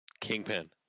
Kingpin